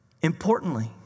Importantly